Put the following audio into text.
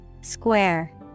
Square